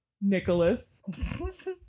Nicholas